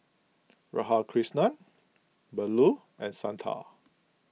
Radhakrishnan Bellur and Santha